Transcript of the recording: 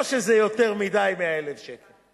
לא שזה יותר מדי, 100,000 שקל.